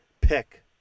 pick